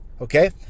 okay